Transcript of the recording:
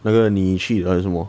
那个你去还是什么